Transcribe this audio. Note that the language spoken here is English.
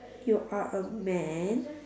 you are a man